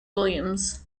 williams